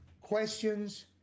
Questions